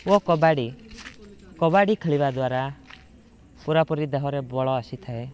ଓ କବାଡ଼ି କବାଡ଼ି ଖେଳିବା ଦ୍ୱାରା ପୁରାପୁରି ଦେହରେ ବଳ ଆସିଥାଏ